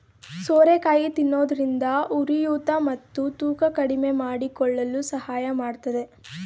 ಸೋರೆಕಾಯಿ ತಿನ್ನೋದ್ರಿಂದ ಉರಿಯೂತ ಮತ್ತು ತೂಕ ಕಡಿಮೆಮಾಡಿಕೊಳ್ಳಲು ಸಹಾಯ ಮಾಡತ್ತದೆ